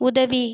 உதவி